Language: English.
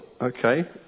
okay